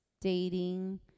dating